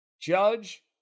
Judge